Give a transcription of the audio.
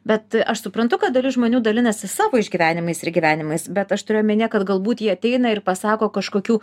bet aš suprantu kad dalis žmonių dalinasi savo išgyvenimais ir gyvenimais bet aš turiu omenyje kad galbūt jie ateina ir pasako kažkokių